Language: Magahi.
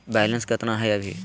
बैलेंस केतना हय अभी?